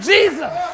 Jesus